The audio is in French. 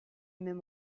m’aime